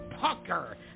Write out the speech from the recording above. pucker